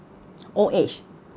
old age